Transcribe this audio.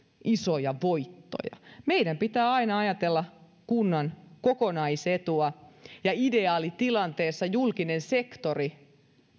isoja voittoja meidän pitää aina ajatella kunnan kokonaisetua ja ideaalitilanteessa julkinen sektori